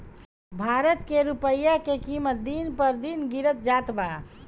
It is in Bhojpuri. भारत के रूपया के किमत दिन पर दिन गिरत जात बा